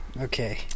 Okay